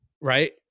Right